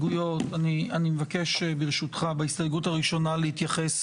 ההסתייגויות אני מבקש ברשותך בהסתייגות הראשונה להתייחס